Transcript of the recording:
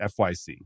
fyc